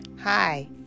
Hi